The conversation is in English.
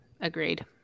Agreed